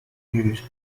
used